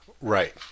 Right